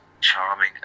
charming